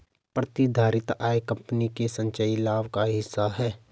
प्रतिधारित आय कंपनी के संचयी लाभ का हिस्सा है